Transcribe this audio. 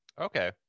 Okay